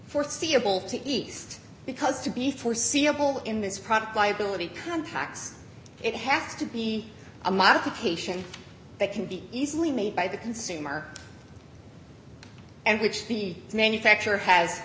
foreseeable to east because to be foreseeable in this product liability contracts it has to be a modification that can be easily made by the consumer and which the manufacturer has